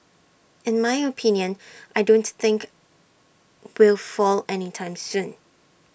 in my opinion I don't think will fall any time soon